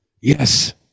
yes